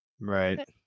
right